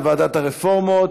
לוועדת הרפורמות,